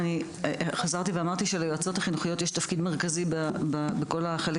חזרתי ואמרתי שליועצות החינוכיות יש תפקיד מרכזי בכל החלק